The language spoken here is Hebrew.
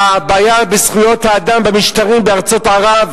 הבעיה בזכויות האדם במשטרים בארצות ערב